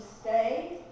stay